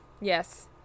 Yes